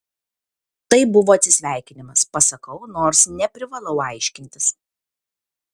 tai buvo atsisveikinimas pasakau nors neprivalau aiškintis